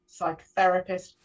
psychotherapist